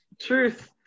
Truth